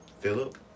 Philip